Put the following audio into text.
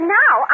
now